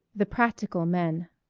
the practical men